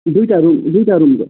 दुइटा रुम दुइटा रुमको